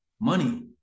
money